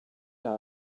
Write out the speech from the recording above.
dog